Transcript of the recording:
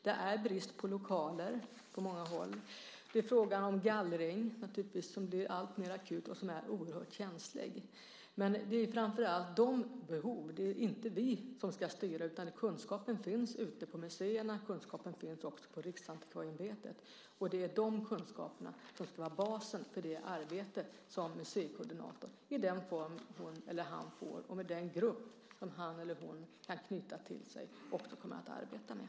Det är brist på lokaler på många håll. Det är fråga om gallring som blir alltmer akut och som är oerhört känslig. Det är framför allt de behoven det handlar om. Det är inte vi som ska styra, utan kunskapen finns ute på museerna och också på Riksantikvarieämbetet. Det är de kunskaperna som ska vara basen för det som museikoordinatorn i den form hon eller han får och med den grupp som han eller hon kan knyta till sig kommer att arbeta med.